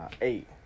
eight